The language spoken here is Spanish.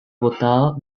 votado